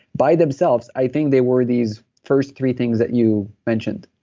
by themselves, i think they were these first three things that you mentioned.